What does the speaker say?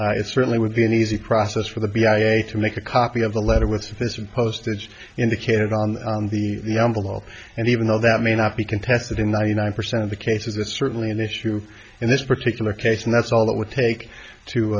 it certainly would be an easy process for the b i a to make a copy of the letter with sufficient postage indicated on the envelope and even though that may not be contested in ninety nine percent of the cases it's certainly an issue in this particular case and that's all it would take to